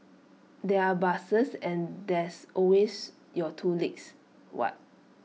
there are buses and there's always your two legs what